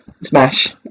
smash